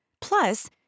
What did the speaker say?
Plus